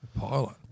pilot